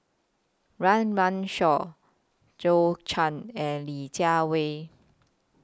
Run Run Shaw Zhou Can and Li Jiawei